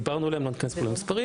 דיברנו עליהן, ולא ניכנס למספרים.